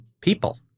people